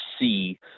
see